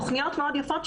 תוכניות מאוד יפות,